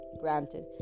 granted